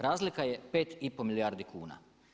Razlika je 5 i pol milijardi kuna.